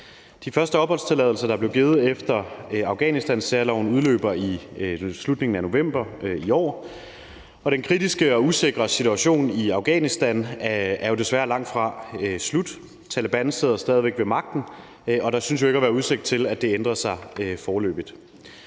De første opholdstilladelser, der blev givet efter Afghanistansærloven, udløber i slutningen af november i år, og den kritiske og usikre situation i Afghanistan er jo desværre langtfra slut. Taleban sidder stadig væk ved magten, og der synes jo ikke at være udsigt til, at det ændrer sig foreløbig.